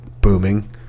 booming